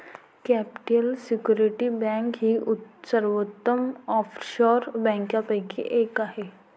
capital security bank ही सर्वोत्तम offshore बँकांपैकी एक आहे